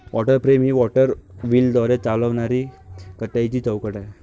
water frame ही water व्हीलद्वारे चालविणारी कताईची चौकट आहे